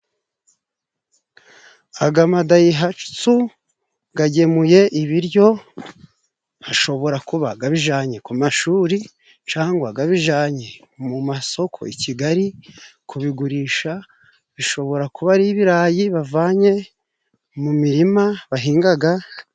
Aga ma Dayihatsu gagemuye ibiryo, hashobora kuba ga bijanye ku mashuri, cagwa gabijanye mu masoko i Kigali kubigurisha, bishobora kuba ari ibirayi bavanye mu mirima bahingaga.